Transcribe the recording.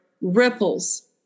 ripples